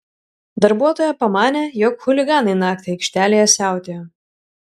darbuotoja pamanė jog chuliganai naktį aikštelėje siautėjo